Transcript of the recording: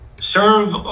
serve